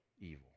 evil